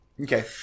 Okay